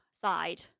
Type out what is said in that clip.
side